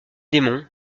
démons